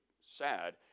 sad